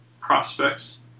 prospects